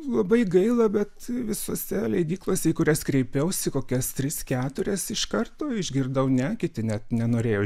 labai gaila bet visose leidyklose į kurias kreipiausi kokias tris keturias iš karto išgirdau ne kiti net nenorėjo